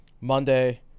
Monday